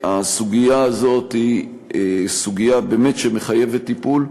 הסוגיה הזאת באמת מחייבת טיפול.